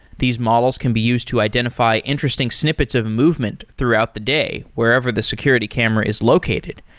these models can be used to identify interesting snippets of movement throughout the day wherever the security camera is located.